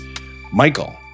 Michael